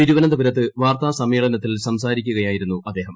തിരുവനന്തപുരത്ത് വാർത്താ സമ്മേളനത്തിൽ സംസാരിക്കുകയായിരുന്നു അദ്ദേഹം